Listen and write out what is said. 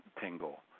tingle